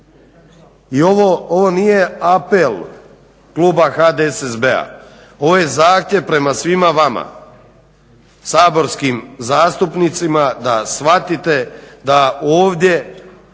I ovo nije apel kluba HDSSB-a, ovo je zahtjev prema svima vama saborskim zastupnicima da shvatite da ovdje